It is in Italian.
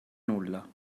nulla